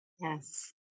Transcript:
Yes